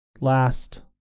last